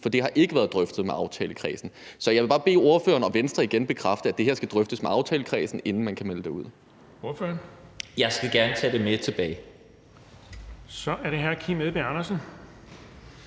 for det har ikke været drøftet med aftalekredsen. Så jeg vil bare bede ordføreren fra Venstre om igen at bekræfte, at det her skal drøftes med aftalekredsen, inden man kan melde det ud.